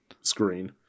screen